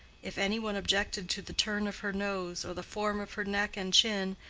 if any one objected to the turn of her nose or the form of her neck and chin,